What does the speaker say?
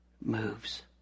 moves